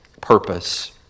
purpose